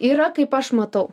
yra kaip aš matau